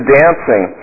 dancing